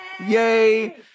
Yay